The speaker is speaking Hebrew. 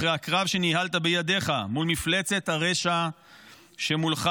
אחרי הקרב שניהלת בידיך מול מפלצת הרשע שמולך,